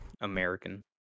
american